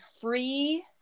free